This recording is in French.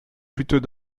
plutôt